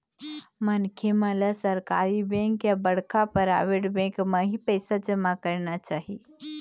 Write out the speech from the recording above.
मनखे मन ल सरकारी बेंक या बड़का पराबेट बेंक म ही पइसा जमा करना चाही